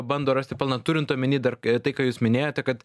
bando rasti pelną turint omeny dar tai ką jūs minėjote kad